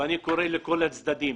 ואני קורא לכל הצדדים